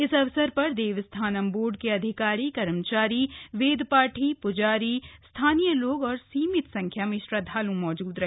इस अवसर पर देवस्थानम बोर्ड के अधिकारी कर्मचारी वेदपाठी प्जारी स्थानीय लोग और सीमित संख्या में श्रद्वाल् मौजूद रहे